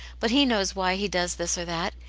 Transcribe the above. but he knows why he does this or that.